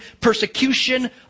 persecution